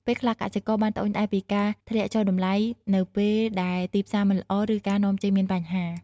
ពេលខ្លះ កសិករបានត្អូញត្អែរពីការធ្លាក់ចុះតម្លៃនៅពេលដែលទីផ្សារមិនល្អ ឬការនាំចេញមានបញ្ហា។